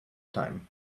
time